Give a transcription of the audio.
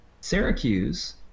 Syracuse